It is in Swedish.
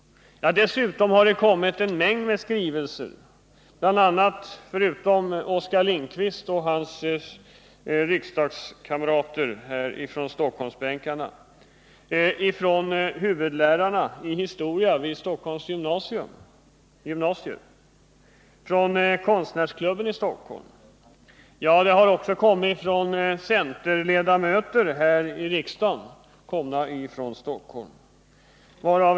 Därutöver har det inkommit en mängd skrivelser. Förutom från Oskar Lindkvist och hans partikamrater i Stockholmsbänkarna har det kommit skrivelser från huvudlärarna i historia vid Stockholms gymnasier, från Konstnärsklubben i Stockholm och från centerledamöter här i riksdagen som bor i Stockholm.